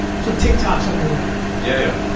so tiktok's on your radar. yeah, yeah,